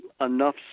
enough